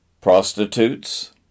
Prostitutes